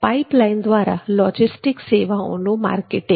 pipeline દ્વારા logistic સેવાઓનું marketing